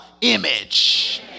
image